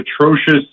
atrocious